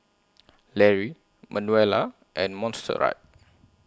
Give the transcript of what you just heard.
Lary Manuela and Montserrat